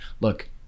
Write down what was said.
look